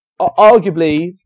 Arguably